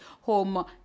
home